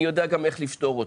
אני יודע גם איך לפתור אותו.